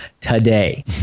today